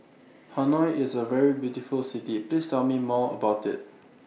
Hanoi IS A very beautiful City Please Tell Me More about IT